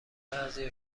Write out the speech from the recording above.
بعضیا